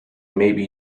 maybe